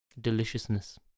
deliciousness